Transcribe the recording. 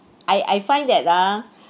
I I find that ah